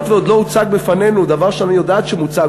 היות שעוד לא הוצג בפנינו דבר שאני יודעת שמוצג,